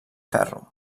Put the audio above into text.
ferro